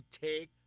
take